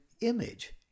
image